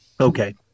Okay